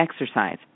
Exercise